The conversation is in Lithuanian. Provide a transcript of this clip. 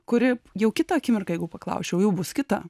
kuri jau kitą akimirką jeigu paklausčiau jau bus kita